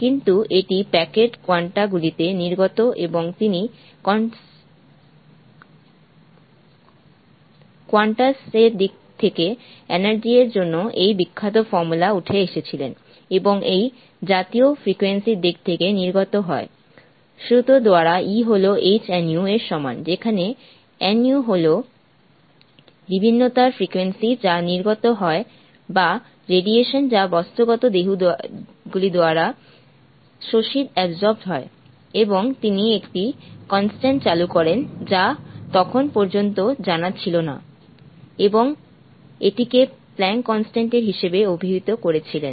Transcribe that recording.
কিন্তু এটি packet quanta গুলিতে নির্গত এবং তিনি কোয়ান্টাস এর দিক থেকে এনার্জি এর জন্য এই বিখ্যাত ফর্মুলা উঠে এসেছিলেন এবং এই জাতীয় ফ্রিকুয়েন্সি দিক থেকে নির্গত হয় সূত্র দ্বারা E হল h nu এর সমান যেখানে nu হল বিভিন্নতার ফ্রিকুয়েন্সি যা নির্গত হয় বা রেডিয়েশন যা বস্তুগত দেহগুলি দ্বারা শোষিত হয় এবং তিনি একটি কনস্ট্যান্ট চালু করেন যা তখন পর্যন্ত জানা ছিল না এবং এটিকে প্ল্যাঙ্ক কনস্ট্যান্ট এর হিসাবে অভিহিত করেছিলেন